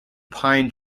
pine